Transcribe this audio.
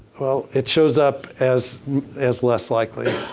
well, it shows up as as less likely.